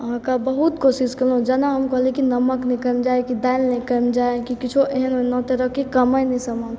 अहाँके बहुत कोशिश कयलहुँ जेना हम कहलहुँ की नमक नहि कमि जाइ कि दालि नहि कमि जाइ की किछो एहन कोनो तरहक कमै नहि सामान